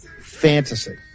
fantasy